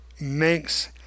makes